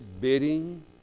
bidding